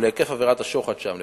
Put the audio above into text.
ולהיקף עבירת השוחד שם.